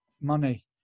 money